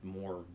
more